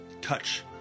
touch